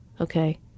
okay